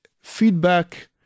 feedback